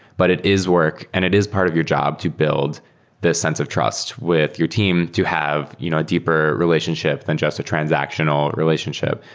but it is work and it is part of your job to build this sense of trust with your team to have you know a deeper relationship than just a transactional relationship.